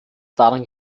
daran